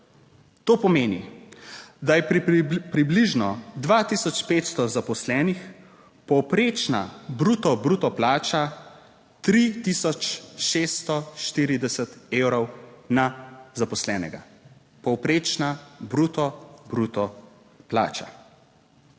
To pomeni, da je približno 2 tisoč 500 zaposlenih povprečna bruto bruto plača 3 tisoč 640 evrov na zaposlenega. Povprečna bruto bruto plača.